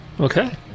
Okay